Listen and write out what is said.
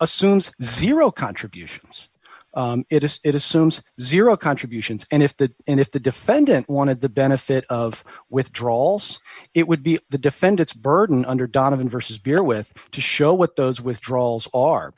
assumes zero contributions it is it assumes zero contributions and if that and if the defendant wanted the benefit of with drawls it would be the defendant's burden under donovan versus bear with to show what those withdrawals are